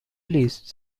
released